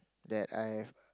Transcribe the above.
that I